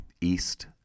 east